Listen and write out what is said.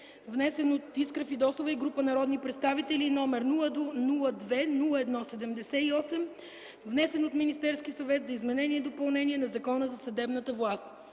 представител Искра Фидосова и група народни представители, и № 002-01-78, внесен от Министерския съвет, за изменение и допълнение на Закона за съдебната власт.